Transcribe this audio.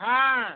হ্যাঁ